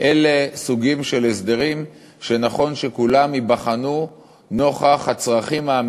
אלה סוגים של הסדרים שנכון שכולם ייבחנו